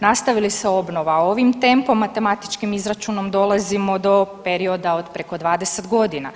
Nastavi li se obnova ovim tempom, matematičkim izračunom dolazimo do perioda od preko 20 godina.